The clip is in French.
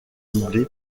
doublé